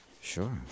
Sure